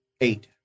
eight